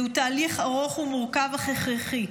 זהו תהליך ארוך ומורכב, אך הכרחי.